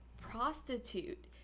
prostitute